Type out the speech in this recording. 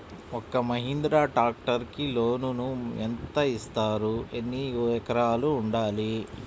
ఒక్క మహీంద్రా ట్రాక్టర్కి లోనును యెంత ఇస్తారు? ఎన్ని ఎకరాలు ఉండాలి?